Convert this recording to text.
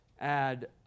add